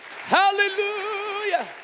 Hallelujah